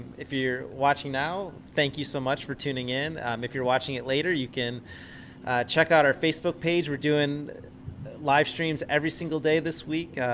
if you're watching now, thank you so much for tuning in. if you're watching it later, you can check out our facebook page. we're doing live streams every single day, this week,